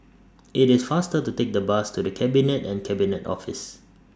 IT IS faster to Take The Bus to The Cabinet and Cabinet Office